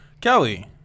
Kelly